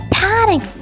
panic